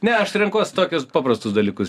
ne aš renkuos tokius paprastus dalykus